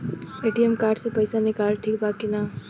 ATM card से पईसा निकालल ठीक बा की ना?